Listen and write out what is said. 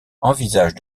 envisage